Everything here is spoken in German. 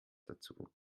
dazu